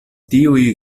tiuj